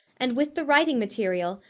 and with the writing material,